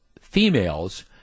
females